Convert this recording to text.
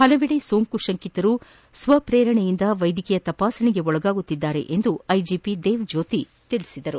ಪಲವೆಡೆ ಸೋಂಕು ಶಂಕಿತರು ಸ್ವಶ್ರೇರಣೆಯಿಂದ ವೈದ್ಯಕೀಯ ತಪಾಸಣೆಗೆ ಒಳಗಾಗುತ್ತಿದ್ದಾರೆ ಎಂದು ಐಜಿಪಿ ದೇವ್ಜ್ಞೋತಿ ತಿಳಿಸಿದರು